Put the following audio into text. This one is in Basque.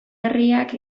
herriak